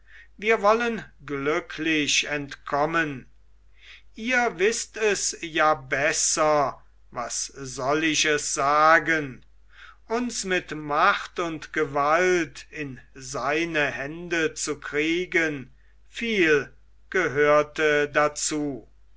wir wollen glücklich entkommen ihr wißt es ja besser was soll ich es sagen uns mit macht und gewalt in seine hände zu kriegen viel gehörte dazu